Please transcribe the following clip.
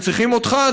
הם צריכים אותך,